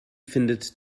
findet